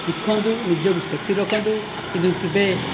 ଶିଖନ୍ତୁ ନିଜକୁ ସେଫଟି ରଖନ୍ତୁ କିନ୍ତୁ କେବେ